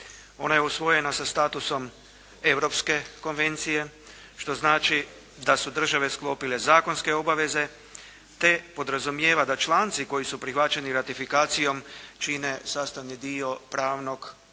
Ona je usvojena sa statusom europske konvencije što znači da su države sklopile zakonske obaveze, te podrazumijeva da članci koji su prihvaćeni ratifikacijom čine sastavni dio pravnog poretka